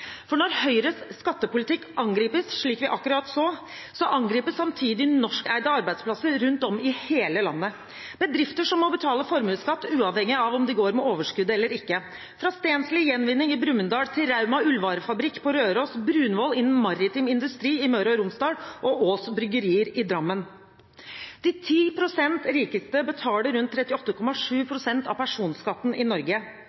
hele landet – bedrifter som må betale formuesskatt uavhengig av om de går med overskudd eller ikke, fra Stensli Gjenvinning i Brumunddal til Rauma Ullvarefabrikk på Røros, Brunvoll innen maritim industri i Møre og Romsdal og Aas Bryggeri i Drammen. De ti prosent rikeste betaler rundt 38,7 pst. av personskatten i Norge.